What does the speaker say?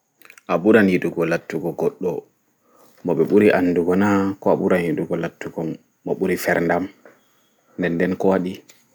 A ɓuran yiɗugo lattugo goɗɗo mo ɓe ɓuri anɗugo naa ko a ɓuran yiɗugo lattugo mo ɓuri fer'nɗam nɗen nɗen ko waɗi